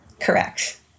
Correct